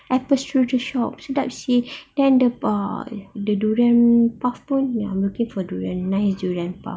apple strudel shop sedap seh then the err the durian puff pun ya I was looking for durian nice durian puff